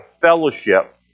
fellowship